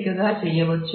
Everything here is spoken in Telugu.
విధానం